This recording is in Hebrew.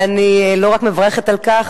ואני לא רק מברכת על כך,